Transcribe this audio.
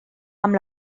amb